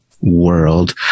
World